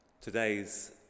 Today's